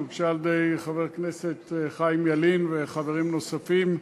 שהוגשה על-ידי חבר הכנסת חיים ילין וחברים נוספים,